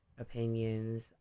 opinions